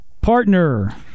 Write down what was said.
partner